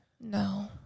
No